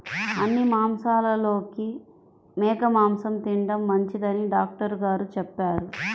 అన్ని మాంసాలలోకి మేక మాసం తిండం మంచిదని డాక్టర్ గారు చెప్పారు